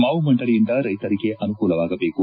ಮಾವು ಮಂಡಳಿಯಿಂದ ರೈತರಿಗೆ ಅನುಕೂಲವಾಗಬೇಕು